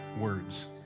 words